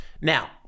Now